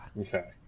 Okay